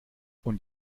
und